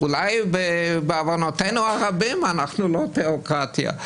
אולי בעוונותינו הרבים אנחנו לא תיאוקרטיה.